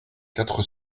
quatre